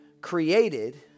created